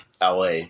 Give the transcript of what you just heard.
LA